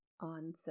On